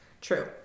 True